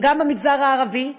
גם במגזר הערבי,